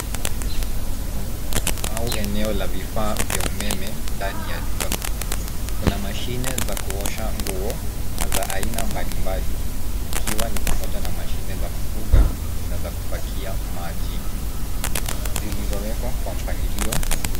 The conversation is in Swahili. Sehemu au eneo la vifaa vya umeme ndani ya duka kuu. Kuna mashine za kuosha nguo na za aina mbalimbali vikiwa ni pamoja na mashine zaa kufuga na za kupakia maji zilizowekwa kwa mpangilio nzuri.